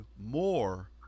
more